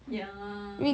ya